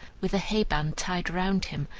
with a hay band tied round him,